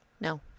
no